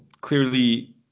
clearly